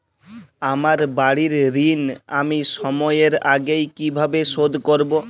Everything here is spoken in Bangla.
আমার বাড়ীর ঋণ আমি সময়ের আগেই কিভাবে শোধ করবো?